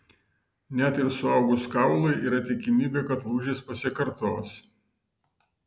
net ir suaugus kaului yra tikimybė kad lūžis pasikartos